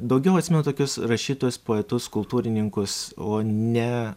daugiau atsimenu tokius rašytojus poetus kultūrininkus o ne